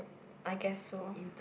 I guess so